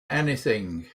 anything